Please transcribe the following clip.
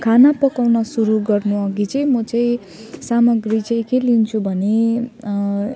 खाना पकाउन सुरु गर्नुअघि चाहिँ म चाहिँ सामग्री चाहिँ के लिन्छु भने